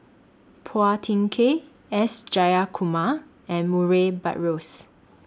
Phua Thin Kiay S Jayakumar and Murray Buttrose